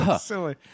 silly